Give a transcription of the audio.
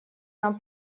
нам